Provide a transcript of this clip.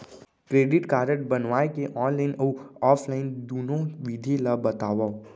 Credit card बनवाए के online अऊ ऑफलाइन दुनो विधि ला बतावव?